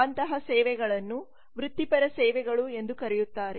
ಅಂತಹ ಸೇವೆಗಳನ್ನು ವೃತ್ತಿಪರ ಸೇವೆಗಳು ಎಂದು ಕರೆಯುತ್ತಾರೆ